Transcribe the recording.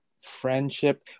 friendship